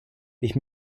ich